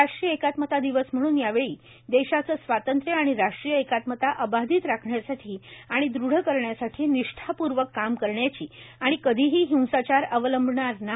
राष्ट्रीय एकात्मता दिवस म्हणून यावेळी देशाचे स्वातंत्र आणि राष्ट्रीय एकात्मता अबाधित राखण्यासाठी आणि दृढ करण्यासाठी निष्ठापूर्वक काम करण्याची आणि कधीही हिंसाचार अवलंबणार नाही